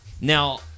Now